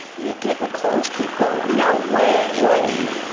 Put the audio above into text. you're getting close. keep going. no way! way,